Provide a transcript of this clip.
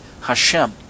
hashem